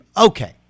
Okay